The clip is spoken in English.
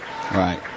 Right